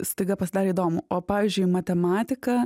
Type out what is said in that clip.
staiga pasidarė įdomu o pavyzdžiui matematika